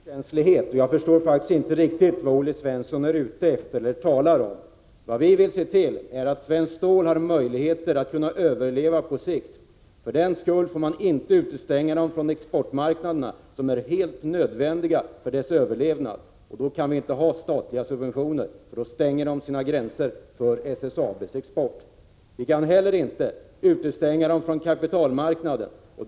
Fru talman! Det är inte fråga om okänslighet. Jag förstår faktiskt inte riktigt vad Olle Svensson är ute efter eller talar om. Vi moderater vill se till att svensk stålindustri har möjligheter att överleva på sikt. För den skull får man inte utestänga industrin från exportmarknader som är helt nödvändiga för dess överlevnad. Vi kan inte ha statliga subventioner, för då stänger marknaderna sina gränser för SSAB:s export. Vi kan inte heller utestänga SSAB från kapitalmarknaden.